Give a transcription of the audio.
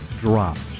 dropped